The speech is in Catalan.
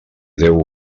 déu